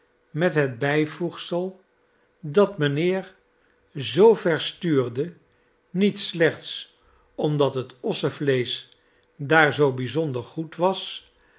met het bijvoegsel dat mijnheer zoo ver stuurde niet slechts omdat het ossenvleesch daar zoo bijzondergoed was